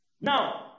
Now